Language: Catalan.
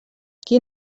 qui